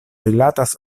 rilatas